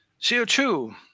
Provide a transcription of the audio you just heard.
CO2